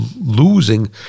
losing